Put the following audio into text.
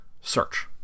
search